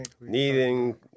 needing